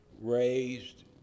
raised